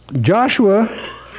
Joshua